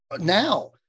now